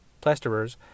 plasterers